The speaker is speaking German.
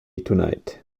tonight